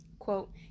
quote